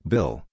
Bill